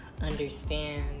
understand